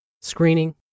screening